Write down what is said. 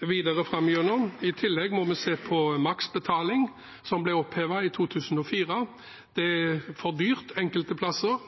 videre framover. I tillegg må vi se på maksbetalingen, som ble opphevet i 2004. Det er for dyrt enkelte plasser.